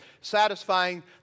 Satisfying